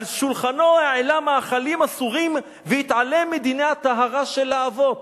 על שולחנו העלה מאכלים אסורים והתעלם מדיני הטהרה של האבות,